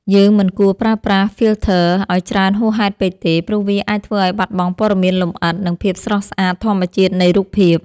យើងមិនគួរប្រើប្រាស់ ហ្វីលធ័រ ឱ្យច្រើនហួសហេតុពេកទេ ព្រោះវាអាចធ្វើឱ្យបាត់បង់ព័ត៌មានលម្អិត និងភាពស្រស់ស្អាតធម្មជាតិនៃរូបភាព។